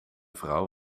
vrouw